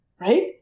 Right